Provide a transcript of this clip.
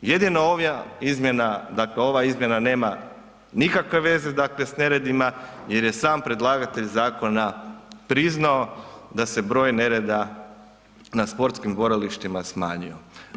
Jedino ova izmjena dakle ova izmjena nema nikakve veze sa neredima jer je sam predlagatelj zakona priznao da se broj nereda na sportskim borilištima smanjio.